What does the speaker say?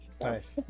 Nice